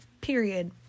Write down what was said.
Period